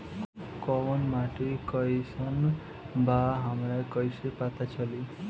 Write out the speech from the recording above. कोउन माटी कई सन बा हमरा कई से पता चली?